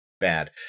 bad